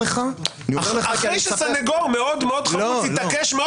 אחרי שסנגור מאוד מאוד חרוץ התעקש לא